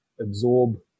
absorb